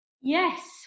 Yes